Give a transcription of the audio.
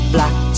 Black